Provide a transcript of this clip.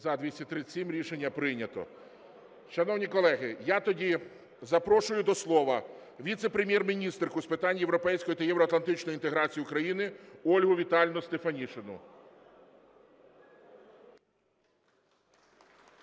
За-237 Рішення прийнято. Шановні колеги, я тоді запрошую до слова Віце-прем'єр-міністерку з питань європейської та євроатлантичної інтеграції України Ольгу Віталіївну Стефанішину.